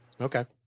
Okay